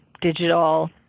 digital